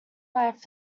life